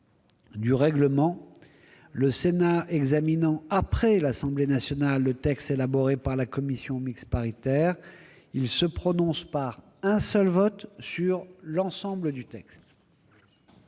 du règlement, lorsqu'il examine après l'Assemblée nationale le texte élaboré par la commission mixte paritaire, le Sénat se prononce par un seul vote sur l'ensemble du texte.